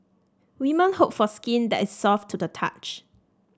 women hope for skin that is soft to the touch